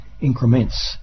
increments